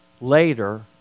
later